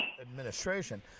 administration